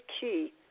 key